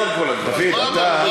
זה לא דיאלוג, כל הדברים האלה.